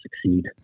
succeed